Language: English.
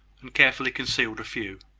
and carefully concealed a few.